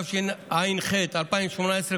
התשע"ח 2018,